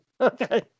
Okay